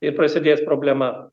ir prasidės problema